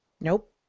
Nope